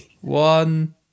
one